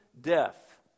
death